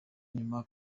inyuma